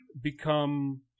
become